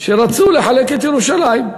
שרצו לחלק את ירושלים.